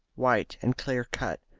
white and clear-cut,